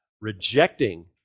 rejecting